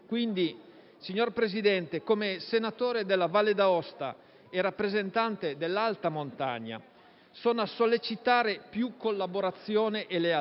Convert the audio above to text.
signor Presidente, come senatore della Valle D'Aosta e rappresentante dell'alta montagna, sono a sollecitare più collaborazione e lealtà;